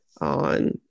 on